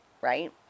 right